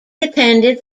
attended